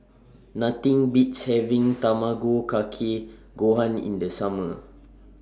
Nothing Beats having Tamago Kake Gohan in The Summer